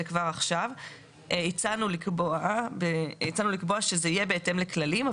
כבר עכשיו הצענו לקבוע שזה יהיה בהתאם לכללים.